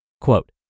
Quote